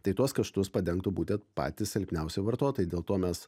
tai tuos kaštus padengtų būtent patys silpniausi vartotojai dėl to mes